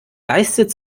leistet